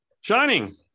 Shining